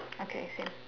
okay same